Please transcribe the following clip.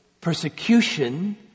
persecution